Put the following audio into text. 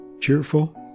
cheerful